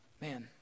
Man